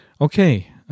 Okay